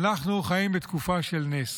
אנחנו חיים בתקופה של נס.